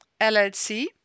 LLC